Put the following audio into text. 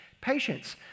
patience